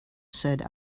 said